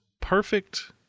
perfect